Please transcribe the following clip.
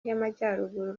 y’amajyaruguru